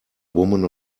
woman